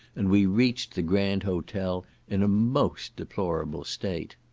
and we reached the grand hotel in a most deplorable state.